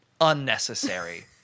unnecessary